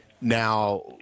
now